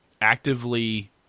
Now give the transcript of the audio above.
actively